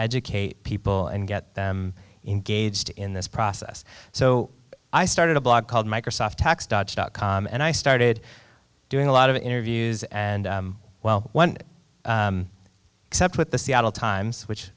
educate people and get them engaged in this process so i started a blog called microsoft tax dodge dot com and i started doing a lot of interviews and well one except with the seattle times which